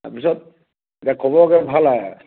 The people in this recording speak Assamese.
তাৰপিছত এতিয়া খবৰ কি ভাল আৰু